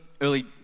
early